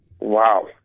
Wow